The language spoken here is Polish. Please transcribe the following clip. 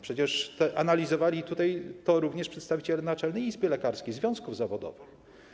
Przecież analizowali go również przedstawiciele Naczelnej Izby Lekarskiej i związków zawodowych.